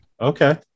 okay